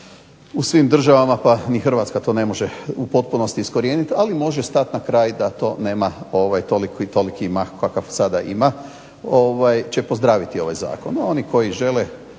u svim državama pa ni Hrvatska to ne može u potpunosti iskorijeniti ali može stati na kraj da to nema toliki mah kakav sada ima, će pozdraviti ovaj zakon.